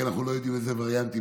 כי אנחנו לא יודעים איזה וריאנטים